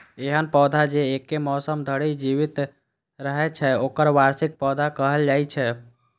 एहन पौधा जे एके मौसम धरि जीवित रहै छै, ओकरा वार्षिक पौधा कहल जाइ छै